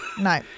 No